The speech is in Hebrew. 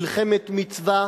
מלחמת מצווה,